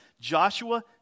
Joshua